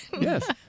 Yes